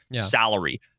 salary